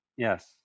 Yes